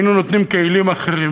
היינו נותנים כלים אחרים.